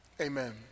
amen